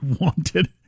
wanted